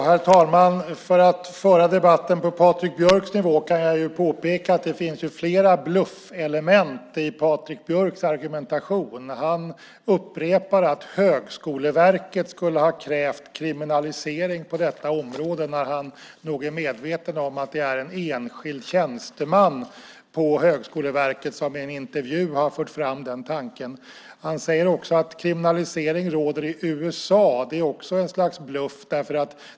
Herr talman! Om jag ska föra debatten på Patrik Björcks nivå kan jag påpeka att det finns flera bluffelement i Patrik Björcks argumentation. Han upprepar att Högskoleverket skulle ha krävt kriminalisering på detta område när han nog är medveten om att det är en enskild tjänsteman på Högskoleverket som i en intervju har fört fram den tanken. Han säger att kriminalisering råder i USA. Det är också ett slags bluff.